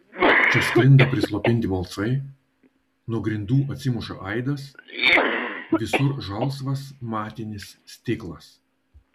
čia sklinda prislopinti balsai nuo grindų atsimuša aidas visur žalsvas matinis stiklas